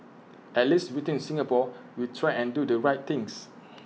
at least within Singapore we try and do the right things